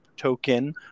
token